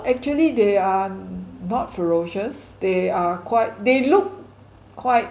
actually they are not ferocious they are quite they look quite